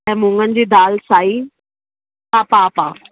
ऐं मुङनि जी दालि साइ हा पाउ पाउ